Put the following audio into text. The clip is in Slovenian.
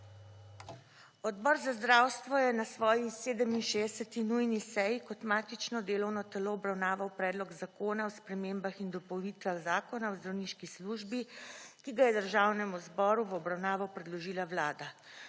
Odbor za zdravstvo je na svoji 67. nujni seji kot matično delovno telo obravnaval predlog zakona o spremembah in dopolnitvah Zakona o zdravniški službi, ki ga je Državnemu zboru v obravnavo predložila Vlada.